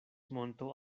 monto